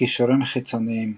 קישורים חיצוניים